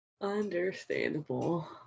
Understandable